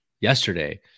yesterday